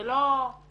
זה לא כאילו,